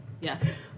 Yes